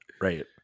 Right